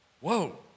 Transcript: whoa